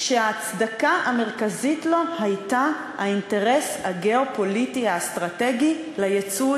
שההצדקה המרכזית לו הייתה האינטרס הגיאו-פוליטי האסטרטגי לייצא